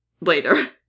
later